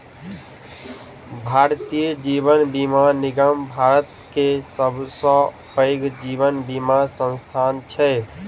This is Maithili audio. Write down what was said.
भारतीय जीवन बीमा निगम भारत के सबसे पैघ जीवन बीमा संस्थान छै